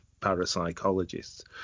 parapsychologists